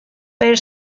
per